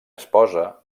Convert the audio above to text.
esposa